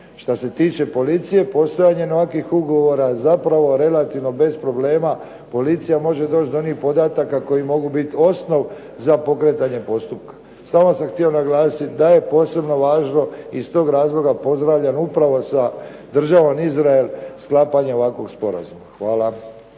Šta se tiče policije, postojanjem ovakvih ugovora zapravo relativno bez problema policija može doći do onih podataka koji mogu biti osnov za pokretanje postupka. Samo sam htio naglasiti da je posebno važno, i iz tog razloga pozdravljam upravo sa državom Izrael sklapanje ovakvog sporazuma. Hvala.